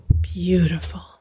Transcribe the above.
Beautiful